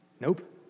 Nope